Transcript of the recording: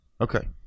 Okay